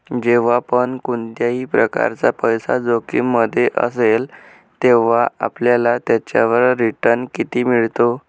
जेव्हा पण कोणत्याही प्रकारचा पैसा जोखिम मध्ये असेल, तेव्हा आपल्याला त्याच्यावर रिटन किती मिळतो?